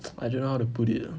I dunno how to put it ah